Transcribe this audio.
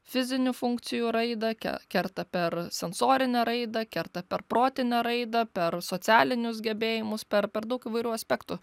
fizinių funkcijų raidą ke kerta per sensorinę raidą kerta per protinę raidą per socialinius gebėjimus per per daug įvairių aspektų